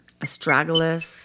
Astragalus